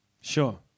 Sure